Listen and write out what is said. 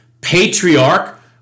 patriarch